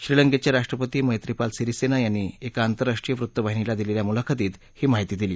श्रीलंकेचे राष्ट्रपती मैत्रीपाल सिरीसेना यांनी एका आंतस्राष्ट्री वृत्तवाहिनीला दिलेल्या मुलाखतीत ही माहिती दिली